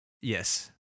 Yes